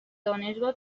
دانشگاه